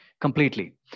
completely